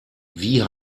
wie